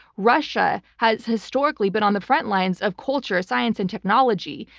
russia has historically been on the frontlines of culture, science and technology,